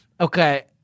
Okay